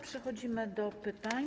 Przechodzimy do pytań.